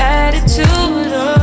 attitude